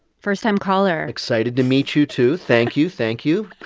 first-time caller excited to meet you, too thank you, thank you.